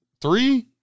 three